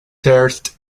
thirst